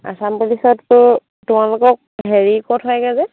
আচাম পুলিছততো তোমালোকক হেৰি ক'ত হয়গৈ যে